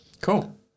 Cool